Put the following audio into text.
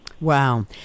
Wow